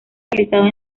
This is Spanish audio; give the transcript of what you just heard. realizados